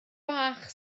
bach